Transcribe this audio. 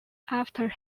after